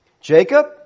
Jacob